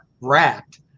wrapped